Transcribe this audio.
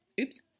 Oops